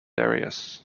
areas